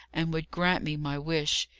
and would grant me my wish.